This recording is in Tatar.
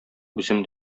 үзем